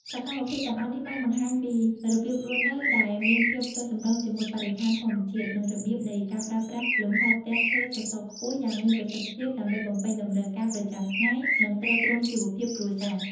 សកម្មភាពទាំងអស់នេះបានបង្ហាញពីរបៀបរស់នៅដែលមានភាពចុះសម្រុងជាមួយបរិស្ថានធម្មជាតិ និងរបៀបនៃការប្រើប្រាស់លំហរផ្ទះឈើសសរខ្ពស់យ៉ាងមានប្រសិទ្ធភាព ដើម្បីបំពេញតម្រូវការប្រចាំថ្ងៃ និងទ្រទ្រង់ជីវភាពគ្រួសារ ។